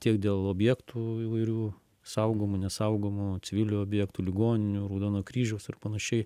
tiek dėl objektų įvairių saugomų nesaugomų civilių objektų ligoninių raudono kryžiaus ir panašiai